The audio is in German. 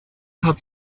hat